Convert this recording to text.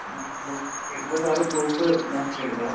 ആ അപ്പം വരുമ്പം സാറ് പ്രൂഫ് മസ്റ്റ് ആയിട്ട് എടുക്കണം